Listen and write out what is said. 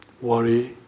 worry